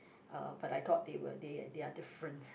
uh but I thought they were they they are different